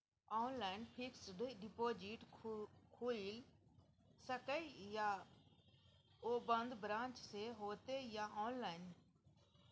Online fixed deposit खुईल सके इ आ ओ बन्द ब्रांच स होतै या ऑनलाइन?